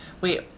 Wait